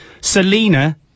selena